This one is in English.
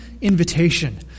invitation